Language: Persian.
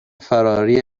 فراری